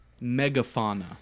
Megafauna